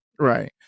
Right